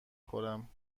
خورم